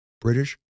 British